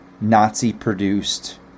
Nazi-produced